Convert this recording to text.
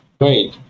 great